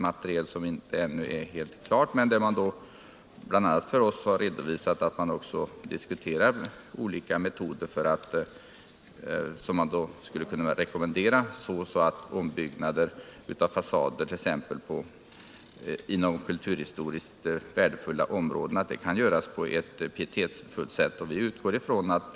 Materialet är ännu inte helt klart, men institutet har bl.a. för oss redovisat att man diskuterar olika metoder, som skulle kunna rekommenderas för att ombyggnad av fasader t.ex. inom kulturhistoriskt värdefulla områden skulle kunna göras på ett pietetsfullt sätt.